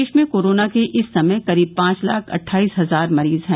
देश में कोरोना के इस समय करीब पांच लाख अट्ठाईस हजार मरीज हैं